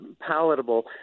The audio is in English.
palatable